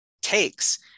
takes